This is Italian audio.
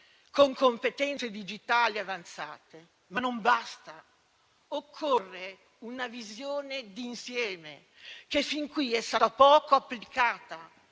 con competenze digitali avanzate, ma non basta. Occorre una visione d'insieme, che sin qui è stata poco applicata,